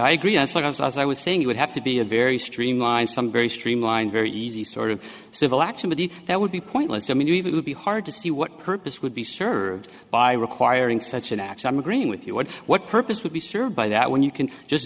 i agree i thought i was i was saying you would have to be a very streamlined some very streamlined very easy sort of civil action with that would be pointless i mean you would be hard to see what purpose would be served by requiring such an act i'm agreeing with you what what purpose would be served by that when you can just